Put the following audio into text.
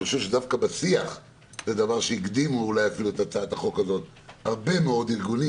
בשיח זה אולי הקדים את הצעת החוק והרבה אנשים והרבה ארגונים